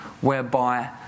whereby